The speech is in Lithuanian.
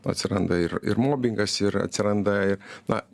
atsiranda ir ir mobingas ir atsiranda na